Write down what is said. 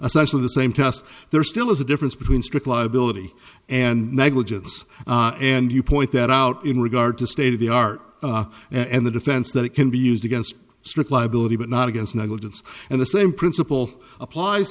of the same test there still is a difference between strict liability and negligence and you point that out in regard to state of the art and the defense that it can be used against strict liability but not against negligence and the same principle applies